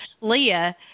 Leah